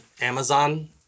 Amazon